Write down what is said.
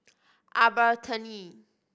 Albertini